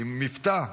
עם מבטא,